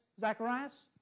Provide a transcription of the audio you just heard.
Zacharias